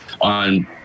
on